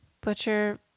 Butcher